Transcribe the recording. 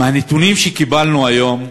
מהנתונים שקיבלנו היום,